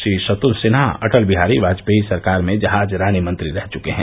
श्री शत्रुघ्न सिन्हा अटल बिहारी वाजपेयी सरकार में जहाजरानी मंत्री रह चुके हैं